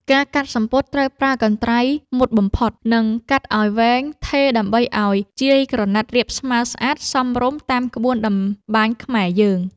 ការកាត់សំពត់ត្រូវប្រើកន្ត្រៃមុតបំផុត និង កាត់ឱ្យវែងថេរដើម្បីឱ្យជាយក្រណាត់រាបស្មើស្អាតសមរម្យតាមក្បួនតម្បាញខ្មែរយើង។